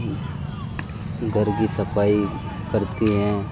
گھر کی صفائی کرتی ہیں